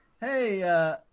hey